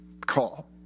call